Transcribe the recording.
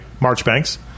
Marchbanks